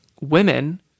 women